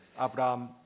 Abraham